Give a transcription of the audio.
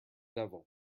devil